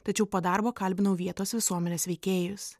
tačiau po darbo kalbinau vietos visuomenės veikėjus